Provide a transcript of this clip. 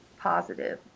positive